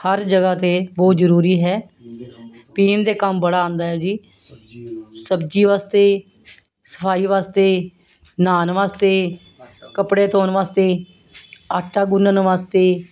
ਹਰ ਜਗ੍ਹਾ 'ਤੇ ਬਹੁਤ ਜ਼ਰੂਰੀ ਹੈ ਪੀਣ ਦੇ ਕੰਮ ਬੜਾ ਆਉਂਦਾ ਹੈ ਜੀ ਸਬਜ਼ੀ ਵਾਸਤੇ ਸਫਾਈ ਵਾਸਤੇ ਨਹਾਉਣ ਵਾਸਤੇ ਕੱਪੜੇ ਧੋਣ ਵਾਸਤੇ ਆਟਾ ਗੁੰਨ੍ਹਣ ਵਾਸਤੇ